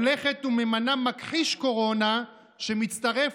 והולכת וממנה מכחיש קורונה שמצטרף